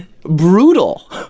brutal